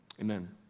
Amen